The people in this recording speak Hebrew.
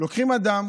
לוקחים אדם